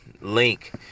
link